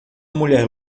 mulher